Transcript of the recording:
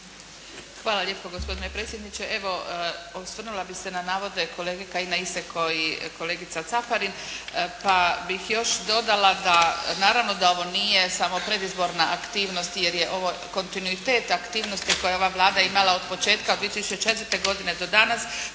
Hvala lijepo gospodine predsjedniče. Evo osvrnula bih se na navode kolege Kajine, iste kao i kolegica Caparin. Pa bih još dodala, naravno da ovo nije samo predizborna aktivnost jer je ovo kontinuitet aktivnosti koji je ova Vlada imala od početka od 2004. godine do danas.